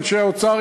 אנשי האוצר,